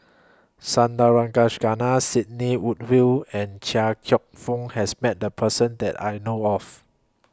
Sandrasegaran Sidney Woodhull and Chia Cheong Fook has Met The Person that I know of